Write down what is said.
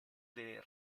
delle